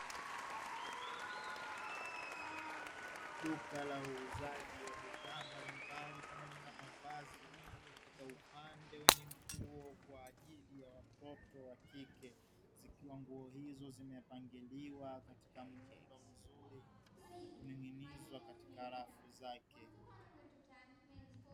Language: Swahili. Duka la uuzaji wa bidhaa mbalimbali pamoja na mavazi katika upande wenye nguo kwa ajili ya watoto wa kike zikiwa nguo hizo zimepangiliwa katika muundo mzuri na kuning'inizwa katika rafu zake.